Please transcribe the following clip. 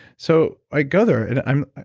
so i go there, and i'm.